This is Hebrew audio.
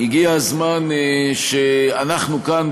הגיע הזמן שאנחנו כאן,